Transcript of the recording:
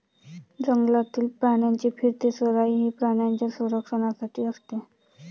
जंगलातील प्राण्यांची फिरती चराई ही प्राण्यांच्या संरक्षणासाठी असते